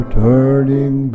turning